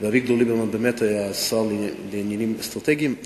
ואביגדור ליברמן באמת היה שר לעניינים אסטרטגיים.